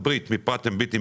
מפראט אנד ויטני,